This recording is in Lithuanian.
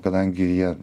kadangi jie